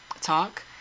talk